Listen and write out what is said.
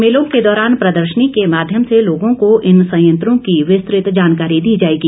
मेलों के दौरान प्रदर्शनी के माध्यम से लोगों को इन संयंत्रों की विस्तृत जानकारी दी जाएगी